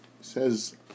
says